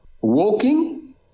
walking